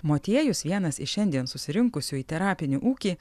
motiejus vienas iš šiandien susirinkusių į terapinį ūkį